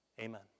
Amen